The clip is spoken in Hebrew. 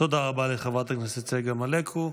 תודה רבה לחברת הכנסת צגה מלקו.